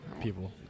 people